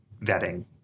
vetting